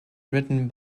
written